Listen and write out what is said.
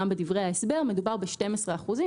גם בדברי ההסבר מדובר ב-12 אחוזים.